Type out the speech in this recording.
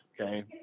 okay